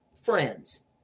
friends